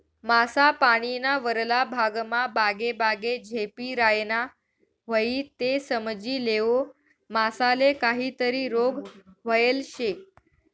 मासा पानीना वरला भागमा बागेबागे झेपी रायना व्हयी ते समजी लेवो मासाले काहीतरी रोग व्हयेल शे